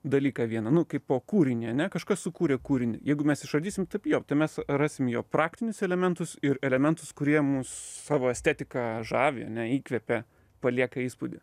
dalyką vieną nu kaipo kūrinį ane kažkas sukūrė kūrinį jeigu mes išardysim taip jo tai mes rasim jo praktinius elementus ir elementus kurie mus savo estetika žavi įkvepia palieka įspūdį